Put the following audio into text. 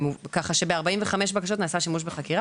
כך שב-45 בקשות נעשה שימוש בחקירה,